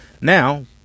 now